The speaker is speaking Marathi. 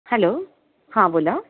हॅलो हा बोला